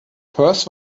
perth